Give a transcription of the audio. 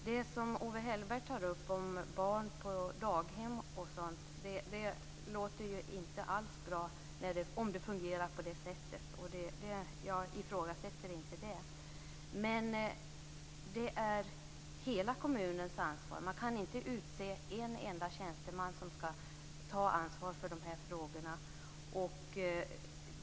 Det som Owe Hellberg tar upp om förhållandena på daghem låter inte alls bra, om det fungerar på det sättet - vilket jag inte ifrågasätter. Men det är hela kommunens ansvar. Man kan inte utse en enda tjänsteman som skall ta ansvar för de här frågorna.